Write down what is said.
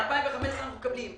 מ-2015 אנחנו מקבלים.